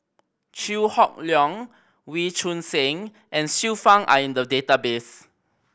Chew Hock Leong Wee Choon Seng and Xiu Fang are in the database